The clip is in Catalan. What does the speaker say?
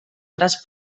traç